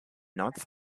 north